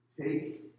take